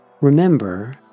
Remember